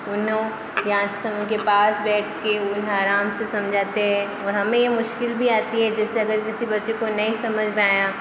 उन्नो के पास बैठ के उन्हें आराम से समझाते है और हमें मुश्किल भी आती है जैसे अगर किसी बच्चे को नहीं समझ में आया